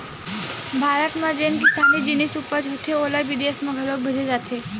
भारत म जेन किसानी जिनिस उपज होथे ओला बिदेस म घलोक भेजे जाथे